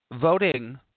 voting